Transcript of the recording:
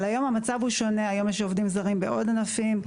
אבל היום המצב הוא שונה היום יש עובדים זרים בעוד ענפים,